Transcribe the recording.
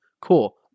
Cool